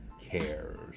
cares